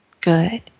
Good